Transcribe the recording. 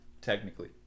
Technically